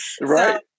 Right